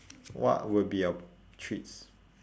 what would be our treats